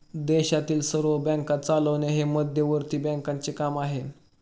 देशातील सर्व बँका चालवणे हे मध्यवर्ती बँकांचे काम आहे